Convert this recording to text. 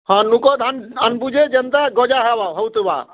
ହଁ ନୁକୋ ଧାନ୍ ଆନ୍ବୁ ଯେ ଯେନ୍ତା ଗଜା ହେବା ହେଉଥିବା